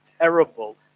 terrible